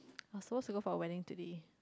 I was supposed to go for a wedding today